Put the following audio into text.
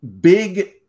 big